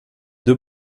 deux